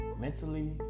mentally